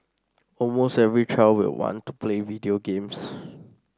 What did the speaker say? almost every child will want to play video games